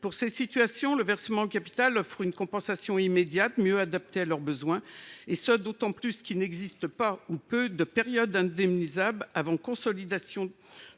Dans ces situations, le versement en capital offre une compensation immédiate, mieux adaptée à leurs besoins, et ce d’autant plus qu’il existe peu de périodes indemnisables avant consolidation.